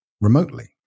remotely